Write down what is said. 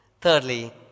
Thirdly